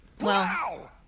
Wow